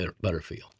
Butterfield